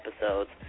episodes